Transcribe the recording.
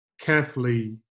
carefully